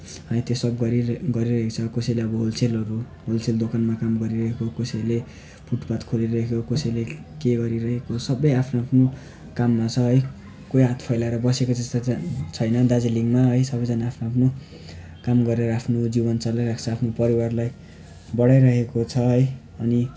है त्यो सब गरी गरिरहेको छ कसैले अब होलसेलहरू होलसेल दोकानमा काम गरिरहेको कसैले फुटपाथ खोलिरहेको कसैले के गरिरहेको सबै आफ्नो आफ्नो काममा छ है कोही हात फैलाएर बसेको जस्तो चाहिँ छैन दार्जिलिङमा है सबैजना आफ्नो आफ्नो काम गरेर आफ्नो जीवन चलाइरहेको छ आफ्नो परिवारलाई बढाइरहेको छ है अनि